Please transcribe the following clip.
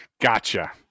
Gotcha